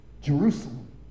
Jerusalem